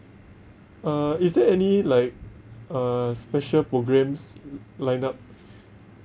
uh is there any like uh special programmes lined up